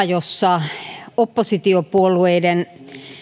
jossa oppositiopuolueiden